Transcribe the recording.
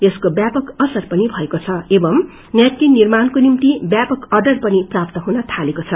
यसको व्यापक असर पनि भएको छ एवं नैपकिन निर्माणको निम्ति व्यापक अर्डर पनि प्राप्त हुन थालेको छ